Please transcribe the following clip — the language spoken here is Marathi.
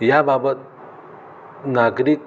याबाबत नागरिक